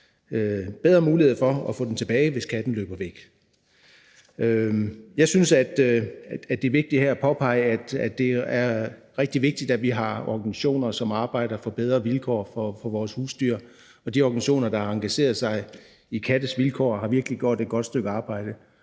bedre mulighed for at få katten tilbage, hvis den løber væk. Jeg synes, at det er rigtig vigtigt her at påpege, at vi har organisationer, som arbejder for bedre vilkår for vores husdyr, og de organisationer, der har engageret sig i kattes vilkår, har virkelig gjort et godt stykke arbejde.